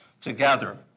together